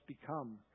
become